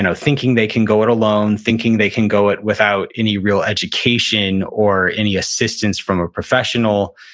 you know thinking they can go it alone, thinking they can go it without any real education or any assistance from a professional,